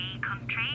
country